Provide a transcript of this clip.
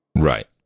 Right